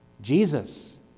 jesus